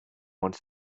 wants